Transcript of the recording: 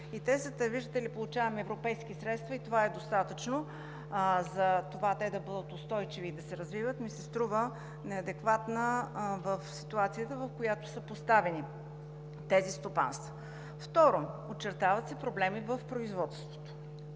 Тезата, виждате ли, получаваме европейски средства и това е достатъчно да бъдат устойчиви и да се развиват, ми се струва неадекватна в ситуацията, в която са поставени тези стопанства. Второ, очертават се проблеми в производството,